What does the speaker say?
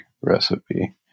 recipe